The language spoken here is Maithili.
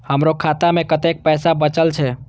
हमरो खाता में कतेक पैसा बचल छे?